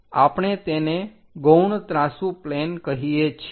તો આપણે તેને ગૌણ ત્રાંસુ પ્લેન કહીએ છીએ